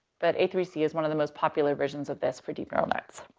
but a three c is one of the most popular versions of this for deep neural nets.